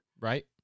Right